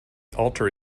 alter